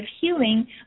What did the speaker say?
healing